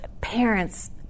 parents